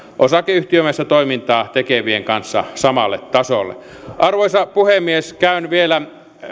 osakeyhtiömäistä toimintaa tekevien kanssa samalle tasolle arvoisa puhemies käyn vielä